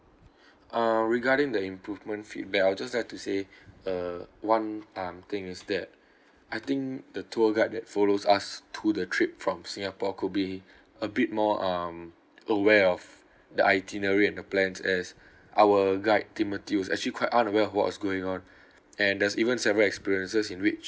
uh regarding the improvement feedback I'd just like to say uh one um thing is that I think the tour guide that follows us to the trip from singapore could be a bit more um aware of the itinerary and the plans as our guide timothy was actually quite unaware of what was going on and there's even several experiences in which